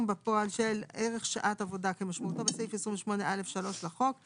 בפועל של ערך שעת עבודה כמשמעותו בסעיף 28(א)(3) לחוק,